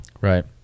Right